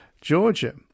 Georgia